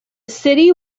city